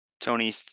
Tony